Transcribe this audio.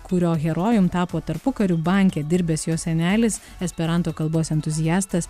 kurio herojum tapo tarpukariu banke dirbęs jos senelis esperanto kalbos entuziastas